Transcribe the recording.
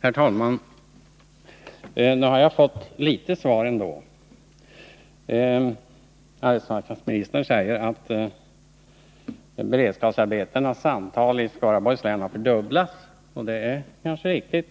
Herr talman! Nog har jag fått litet svar ändå. Arbetsmarknadsministern säger att beredskapsarbetenas antal i Skaraborgs län har fördubblats. Det är kanske riktigt.